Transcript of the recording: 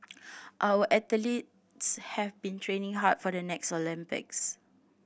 our athletes have been training hard for the next Olympics